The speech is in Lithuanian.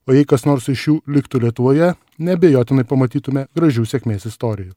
o jei kas nors iš jų liktų lietuvoje neabejotinai pamatytume gražių sėkmės istorijų